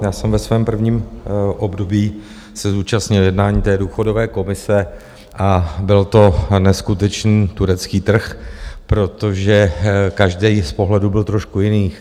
Já jsem se ve svém prvním období zúčastnil jednání té důchodové komise a byl to neskutečný turecký trh, protože každý z pohledů byl trošku jiný.